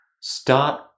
Start